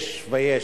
יש ויש.